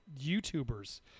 YouTubers